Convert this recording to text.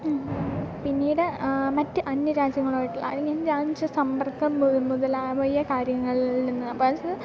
പിന്നീട് മറ്റ് അന്യരാജ്യങ്ങളുമായിട്ടുള്ള രാജ്യ സമ്പർക്കം മു മുതലായ കാര്യങ്ങളിൽ നിന്ന് അപ്പം അത്